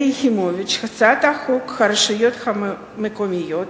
יחימוביץ את הצעת חוק הרשויות המקומיות